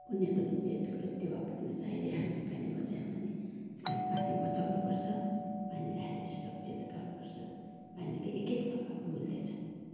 उनीहरूको निम्ति ठुलो टेवा पुग्नेछ अहिले हामीले पानी बचायौँ भने यसकारण पानी बचाउँनु पर्छ पानीलाई हामीले सुरक्षित गर्नु पर्छ पानीको एक एक थोपाको मूल्य छ